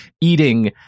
eating